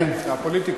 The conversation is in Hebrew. זה הפוליטיקה.